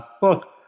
book